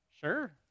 Sure